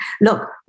Look